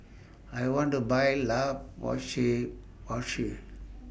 I want to Buy La Roche Porsay